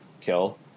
kill